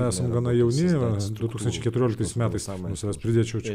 esam gana jauni du tūkstančiai keturioliktais metais nuo savęs pridėčiau čia